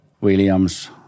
Williams